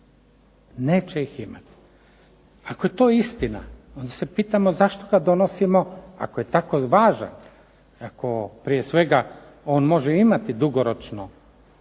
Neće ih imati. Ako je to istina onda se pitamo zašto ga donosimo ako je tako važan i ako prije svega on može imati dugoročno